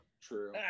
true